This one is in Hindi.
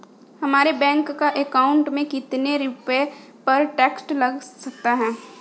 हमारे बैंक अकाउंट में कितने रुपये पर टैक्स लग सकता है?